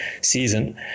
season